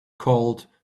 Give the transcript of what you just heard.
called